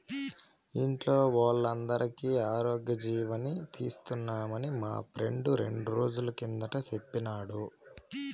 ఇంట్లో వోల్లందరికీ ఆరోగ్యజీవని తీస్తున్నామని మా ఫ్రెండు రెండ్రోజుల కిందట సెప్పినాడు